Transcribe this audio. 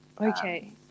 Okay